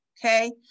Okay